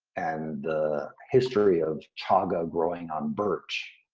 and the history of chaga growing on birch,